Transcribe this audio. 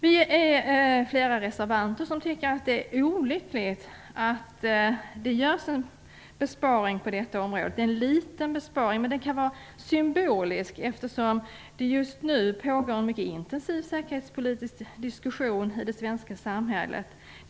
Vi är flera reservanter som tycker att det är olyckligt att det görs en besparing på detta område. Det är en liten besparing, men den kan vara symbolisk eftersom det just nu pågår en mycket intensiv säkerhetspolitisk diskussion i det svenska samhället.